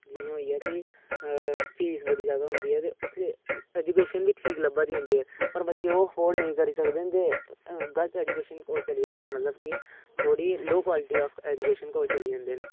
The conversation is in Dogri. जियां होई गेआ कि फीस बड़ी ज्यादा होंदी ऐ ते उत्थें ऐजुकेशन बी ठीक लब्भै दी होंदी ऐ पर बच्चे ओह् अफोर्ड नेईं करी सकदे न ते गलत ऐजुकेशन कोल चली जंदे न मतलब कि थोह्ड़ी लो क्वालटी ऑफ ऐजुकेशन कोल चली जंदे न